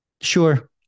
Sure